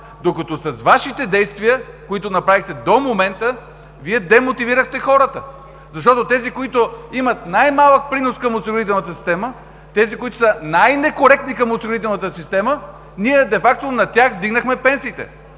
това. С Вашите действия, които направихте до момента, Вие демотивирахте хората. Защото тези, които имат най-малък принос към осигурителната система, тези, които са най-некоректни към осигурителната система, ние де факто на тях вдигнахме пенсиите.